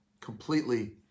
completely